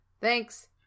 Thanks